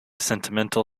sentimental